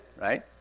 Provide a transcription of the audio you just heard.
right